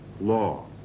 law